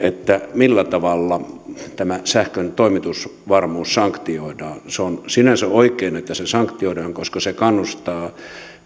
millä tavalla tämä sähkön toimitusvarmuus sanktioidaan on sinänsä oikein että se sanktioidaan koska se kannustaa